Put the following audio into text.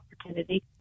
opportunity